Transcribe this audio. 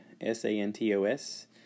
S-A-N-T-O-S